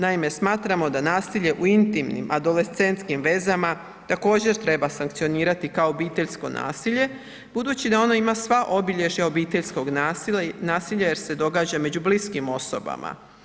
Naime, smatramo da nasilje u intimnim, adolescentskim vezama također treba sankcionirati kao obiteljsko nasilje budući da ono ima sva obilježja obiteljskog nasilja jer se događa među bliskim osobama.